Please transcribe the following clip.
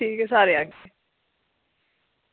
ठीक ऐ सारे आह्गे